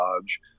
lodge